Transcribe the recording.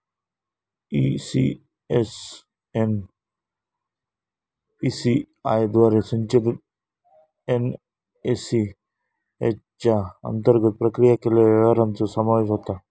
ECS NPCI द्वारे संचलित NACH च्या अंतर्गत प्रक्रिया केलेल्या व्यवहारांचो समावेश होता